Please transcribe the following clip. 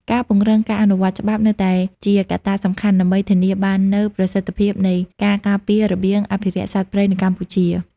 ការពង្រឹងការអនុវត្តច្បាប់នៅតែជាកត្តាសំខាន់ដើម្បីធានាបាននូវប្រសិទ្ធភាពនៃការការពាររបៀងអភិរក្សសត្វព្រៃនៅកម្ពុជា។